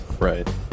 Right